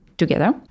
together